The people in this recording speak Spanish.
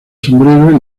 sombrero